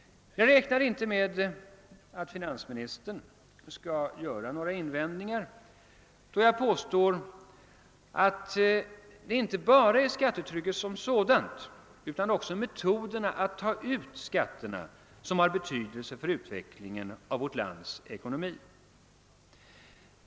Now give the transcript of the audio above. Jag räknar inte med att finansministern skall göra några invändningar, då jag påstår att det inte bara är skattetrycket som sådant utan också metoderna att ta ut skatterna som har betydelse för utvecklingen av vårt lands ekonomi.